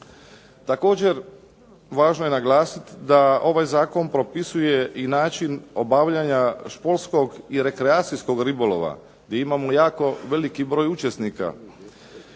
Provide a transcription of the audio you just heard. Također, važno je naglasiti da ovaj zakon propisuje i način obavljanja školskog i rekreacijskog ribolova gdje imamo jako veliki broj učesnika.